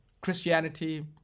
Christianity